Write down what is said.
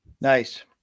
nice